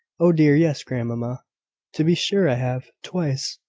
oh, dear, yes, grandmamma to be sure i have twice.